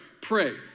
pray